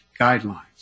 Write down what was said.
guidelines